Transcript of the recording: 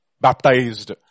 baptized